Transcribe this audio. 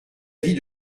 vis